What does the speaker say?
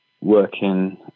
working